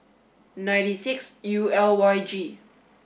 ninety six U L Y G